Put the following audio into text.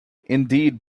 indeed